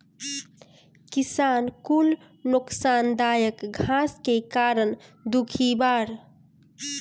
किसान कुल नोकसानदायक घास के कारण दुखी बाड़